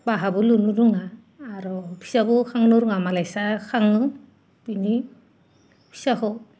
बाहाबो लुनो रोङा आरो फिसाबो खांनो रोङा मालायसो खाङो बेनि फिसाखौ